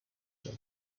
her